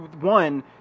one